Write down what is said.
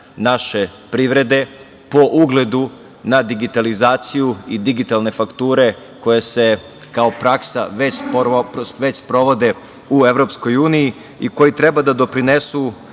naše privrede po ugledu na digitalizaciju i digitalne fakture koje se kao praksa već sprovode u EU i koji treba da doprinesu